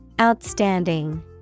Outstanding